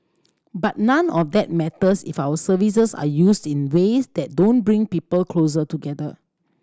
but none of that matters if our services are used in ways that don't bring people closer together